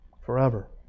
Forever